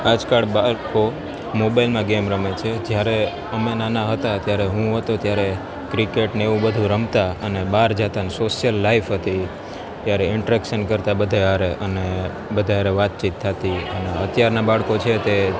આજકાલ બાળકો મોબાઈલમાં ગેમ રમે છે જ્યારે અમે નાના હતા ત્યારે હું હતો ત્યારે ક્રિકેટને એવું બધું રમતા અને બાર જતાં અને સોસિયલ લાઈફ હતી ત્યારે ઇન્ટ્રેકસન કરતાં બધા હારે અને બધા હારે વાતચીત થાતી અન અત્યારના બાળકો છે તે